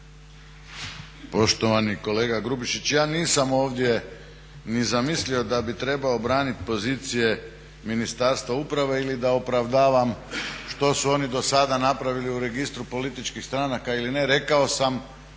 Poštovani kolega Grubišić, ja nisam ovdje ni zamislio da bih trebao braniti pozicije Ministarstva uprave ili da opravdavam što su oni dosada napravili u Registru političkih stranaka ili ne, rekao sam